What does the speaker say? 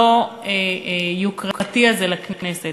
המאוד-לא-יוקרתי הזה לכנסת,